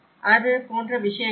அது போன்ற விஷயங்கள் இல்லை